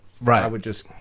Right